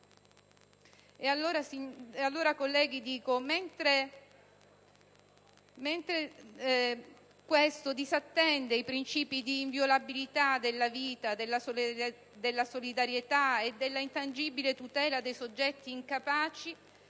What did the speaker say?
E allora, colleghi, dico che, mentre questo disattende i principi di inviolabilità della vita, della solidarietà e della intangibile tutela dei soggetti incapaci